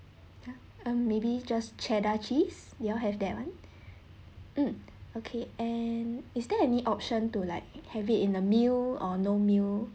um maybe just cheddar cheese you all have that one mm okay and is there any option to like have it in a meal or no meal